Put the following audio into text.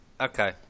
Okay